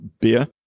beer